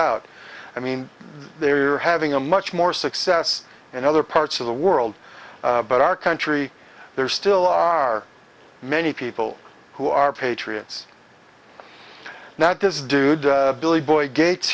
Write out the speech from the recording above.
out i mean they are having a much more success in other parts of the world but our country there still are many people who are patriots not this dude billy boy gates